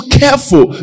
careful